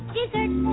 Dessert